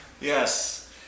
Yes